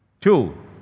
Two